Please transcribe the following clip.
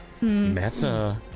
Meta